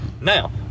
Now